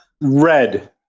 red